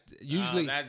Usually